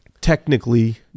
technically